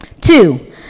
Two